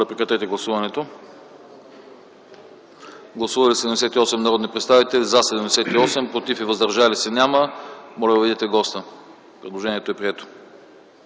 Предложението е прието.